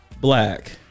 Black